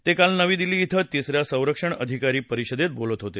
ते काल नवी दिल्ली क्रें तिस या संरक्षण अधिकारी परिषदेत बोलत होते